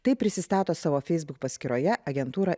taip prisistato savo facebook paskyroje agentūra